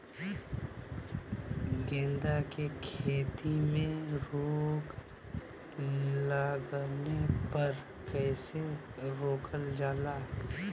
गेंदा की खेती में रोग लगने पर कैसे रोकल जाला?